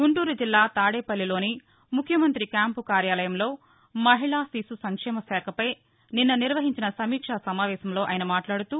గుంటూరు జిల్లా తాదేపల్లిలోని ముఖ్యమంత్రి క్యాంపు కార్యాలయంలో మహిళా శిశు సంక్షేమ శాఖపై నిన్న నిర్వహించిన సమీక్షా సమావేశంలో ఆయన మాట్లాదుతూ